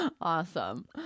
awesome